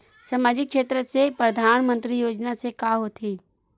सामजिक क्षेत्र से परधानमंतरी योजना से का होथे?